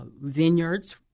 vineyards